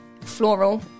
floral